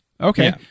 Okay